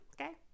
okay